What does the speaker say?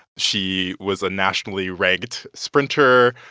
she was a nationally ranked sprinter.